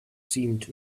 seemed